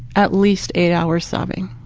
at least eight hours sobbing.